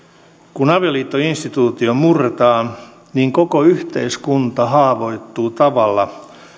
kun avioliittoinstituutio murretaan niin koko yhteiskunta haavoittuu tavalla